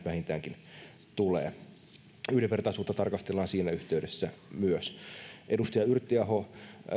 vähintäänkin tulee yhdenvertaisuutta tarkastellaan siinä yhteydessä myös edustaja yrttiaho